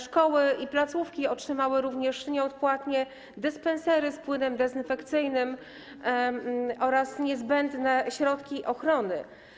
Szkoły i placówki otrzymały również nieodpłatnie dyspensery z płynem dezynfekcyjnym oraz niezbędne środki ochrony.